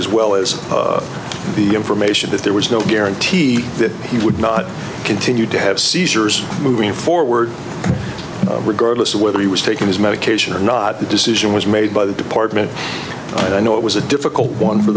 as well as the information that there was no guarantee that he would not continue to have seizures moving forward regardless of whether he was taking his medication or not the decision was made by the department and i know it was a difficult one